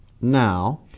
Now